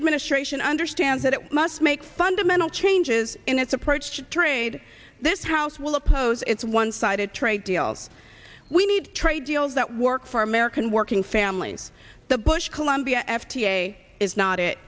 administration understands that it must make fundamental changes in its approach to trade this house will oppose it's one sided trade deals we need trade deals that work for american working families the bush colombia f d a is not it